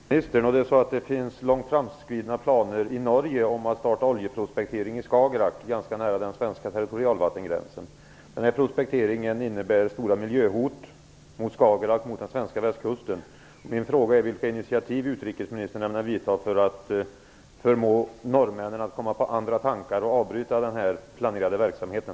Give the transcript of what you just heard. Fru talman! Jag har en fråga till utrikesministern. Det finns långt framskridna planer i Norge på att starta oljeprospektering i Skagerrak, ganska nära den svenska territorialvattengränsen. Den här prospekteringen innebär stora miljöhot mot Skagerrak och mot den svenska västkusten.